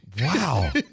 Wow